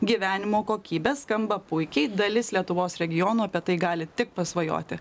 gyvenimo kokybės skamba puikiai dalis lietuvos regionų apie tai gali tik pasvajoti